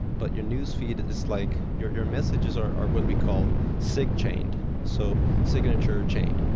but your newsfeed is like your your messages are what we call sig-chained, so signature chained.